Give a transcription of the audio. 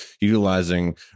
utilizing